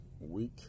week